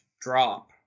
drop